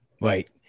right